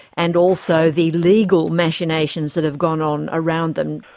and also the legal machinations that have gone on around them?